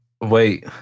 wait